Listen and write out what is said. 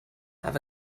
have